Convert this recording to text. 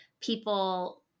people